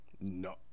No